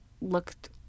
looked